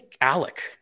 Alec